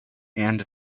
and